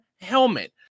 helmet